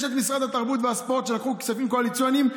יש את משרד התרבות והספורט שלקחו כספים קואליציוניים.